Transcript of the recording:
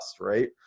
right